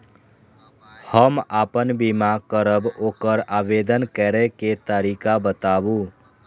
हम आपन बीमा करब ओकर आवेदन करै के तरीका बताबु?